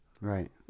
Right